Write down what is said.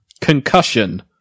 Concussion